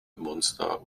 monster